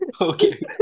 Okay